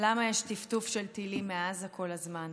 למה יש טפטוף של טילים מעזה כל הזמן?